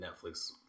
Netflix